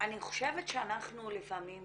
לפעמים